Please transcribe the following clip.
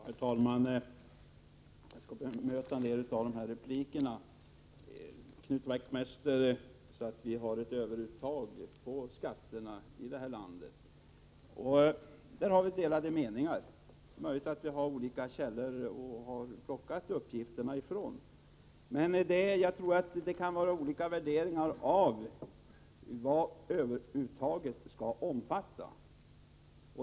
Herr talman! Jag skall bemöta en del av replikerna. Knut Wachtmeister sade att vi har ett överuttag av skatter i det här landet. Där har vi delade meningar. Det är möjligt att vi har plockat uppgifterna ur olika källor. Men jag tror att det kan finnas olika värderingar av vad överuttaget skall omfatta.